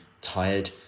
tired